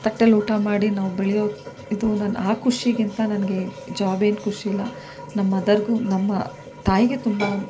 ತಟ್ಟೆಲಿ ಊಟ ಮಾಡಿ ನಾವು ಬೆಳೆಯೋ ಇದು ಆ ಖುಷಿಗಿಂತ ನನಗೆ ಜಾಬ್ ಏನು ಖುಷಿ ಇಲ್ಲ ನಮ್ಮ ಮದರ್ಗೂ ನಮ್ಮ ತಾಯಿಗೆ ತುಂಬ